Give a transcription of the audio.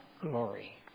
glory